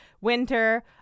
Winter